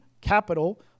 capital